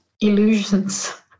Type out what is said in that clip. illusions